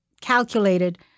calculated